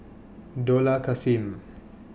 Dollah Kassim